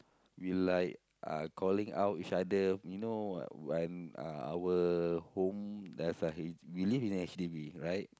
we like uh calling out each other you know when uh our home there's a H we live in a H_D_B right